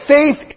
Faith